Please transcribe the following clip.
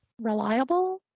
Reliable